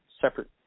separate